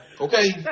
Okay